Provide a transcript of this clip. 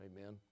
Amen